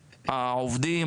העובדים,